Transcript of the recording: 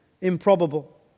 improbable